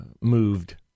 moved